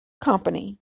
company